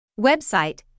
Website